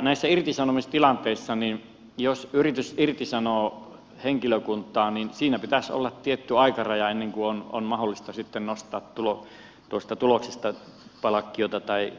näissä irtisanomistilanteissa jos yritys irtisanoo henkilökuntaa niin siinä pitäisi olla tietty aikaraja ennen kuin on mahdollista nostaa tuosta tuloksesta palkkiota tai